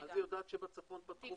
מה זה יודעת שבצפון פתחו?